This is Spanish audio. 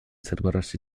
celebrarse